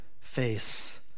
face